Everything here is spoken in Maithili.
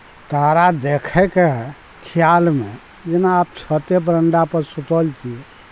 तारा देखैके खिआलमे जेना आब छते बरण्डापर सुतल छिए